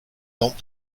don’t